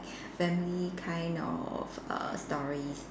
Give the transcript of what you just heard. family kind of err stories